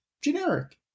generic